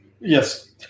Yes